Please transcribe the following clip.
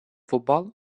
futbol